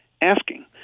Asking